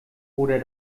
oder